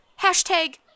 Hashtag